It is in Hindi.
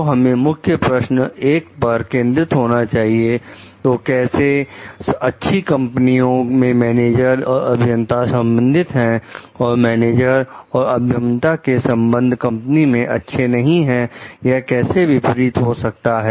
तो हमें मुख्य प्रश्न एक पर केंद्रित होना चाहिए तो कैसे अच्छी कंपनियों में मैनेजर और अभियंता संबंधित है और मैनेजर और अभियंता के संबंध कंपनी में अच्छे नहीं है यह कैसे विपरीत हो सकता है